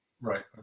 right